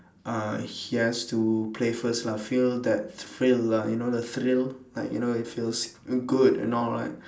uh he has to play first lah feel that thrill lah you know the thrill like you know it feels good and all right